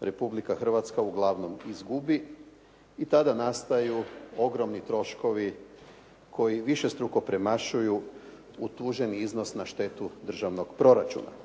Republika Hrvatska uglavnom izgubi i tada nastaju ogromni troškovi koji višestruko premašuju utuženi iznos na štetu državnog proračuna.